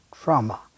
trauma